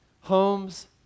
homes